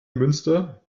münster